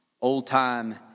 old-time